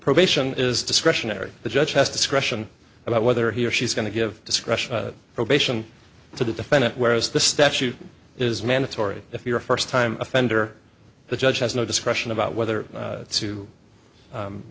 probation is discretionary the judge has discretion about whether he or she is going to give discretion probation to the defendant whereas the statute is mandatory if you're a first time offender the judge has no discretion about whether